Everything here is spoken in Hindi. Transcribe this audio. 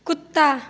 कुत्ता